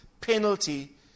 penalty